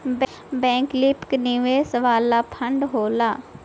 वैकल्पिक निवेश वाला फंड होला